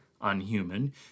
unhuman